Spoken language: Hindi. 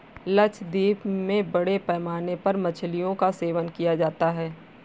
लक्षद्वीप में बड़े पैमाने पर मछलियों का सेवन किया जाता है